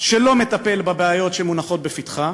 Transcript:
שלא מטפל בבעיות שמונחות לפתחה,